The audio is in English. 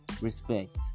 Respect